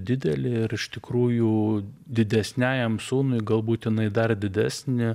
didelė ir iš tikrųjų didesniajam sūnui galbūt jinai dar didesnė